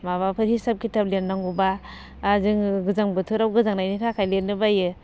माबाफोर हिसाब खिथाब लिरनांगौबा जोङो गोजां बोथोराव गोजांनायनि थाखाय लिरनो बायो